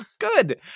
Good